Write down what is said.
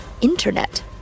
internet